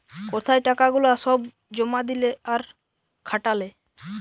কোথায় টাকা গুলা সব জমা দিলে আর খাটালে